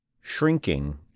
Shrinking